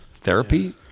Therapy